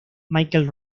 michael